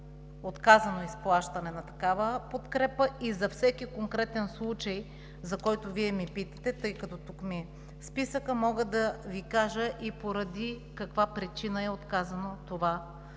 отказано изплащане на такава подкрепа и за всеки конкретен случай, за който Вие ме питате, тъй като списъкът ми е тук, мога да Ви кажа и поради каква причина е отказано това